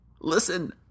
Listen